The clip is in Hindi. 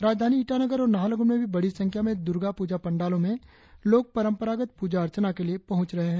राजधानी ईटानगर और नाहरलगुन में भी बड़ी संख्या में दुर्गा पूजा पंडालो में लोग परंपरागत प्रजा अर्चना के लिए पहुंच रहे हैं